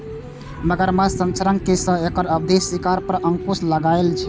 मगरमच्छ संरक्षणक सं एकर अवैध शिकार पर अंकुश लागलैए